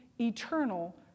eternal